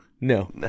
No